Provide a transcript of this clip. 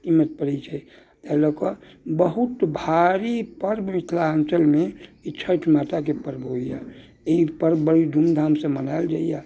कीमत पड़ैत छै ताहि लऽ कऽ बहुत भारी पर्व मिथिलाञ्चलमे ई छठि माताके पर्व होइया ई पर्व बड़ी धूमधामसँ मनायल जाइया